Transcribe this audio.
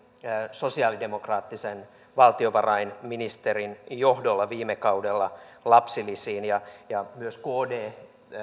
sosialidemokraattisen valtiovarainministerin johdolla viime kaudella ja ja myös kd